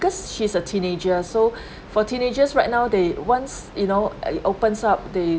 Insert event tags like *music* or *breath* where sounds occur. cause she's a teenager so *breath* for teenagers right now they once you know *noise* opens up the